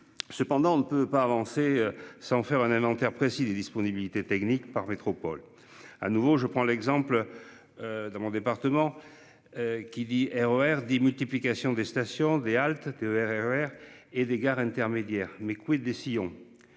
Cependant on ne peut pas avancer sans faire un inventaire précis des disponibilités techniques par métropole à nouveau. Je prends l'exemple. Dans mon département. Qui dit RER multiplication des stations D halte TER et RER et des gares intermédiaires. Mais quid des sillons.